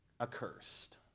accursed